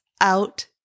out